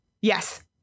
Yes